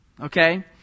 Okay